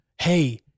Hey